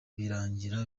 birangira